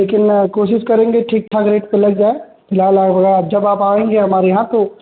लेकिन कोशिश करेंगे ठीक ठाक रेट पर लग जाए फिलहाल लागबागा जब आप आएँगी हमारे यहाँ तो